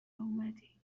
اومدی